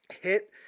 hit